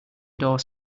door